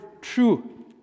true